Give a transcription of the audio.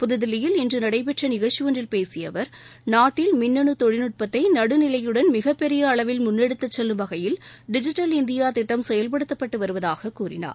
புத்தில்லியில் இன்று நடைபெற்ற நிகழ்ச்சி ஒன்றில் பேசிய அவர் நாட்டில் மின்னனு தொழில்நுட்பத்தை நடு நிலையுடன் மிகப் பெரிய அளவில் முன்னெடுத்து செல்லும் வகையில் டிஜிட்டல் இந்தியா திட்டம் செயல்படுத்தப்பட்டு வருவதாக கூறினார்